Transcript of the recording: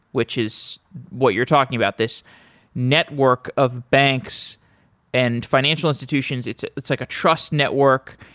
which is what you're talking about, this network of banks and financial institutions. it's it's like a trust network.